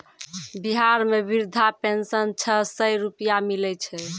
बिहार मे वृद्धा पेंशन छः सै रुपिया मिलै छै